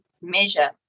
measure